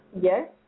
Yes